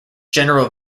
general